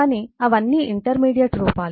కాని అవి అన్నీ ఇంటర్మీడియట్ రూపాలు